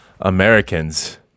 Americans